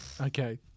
Okay